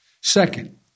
Second